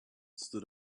stood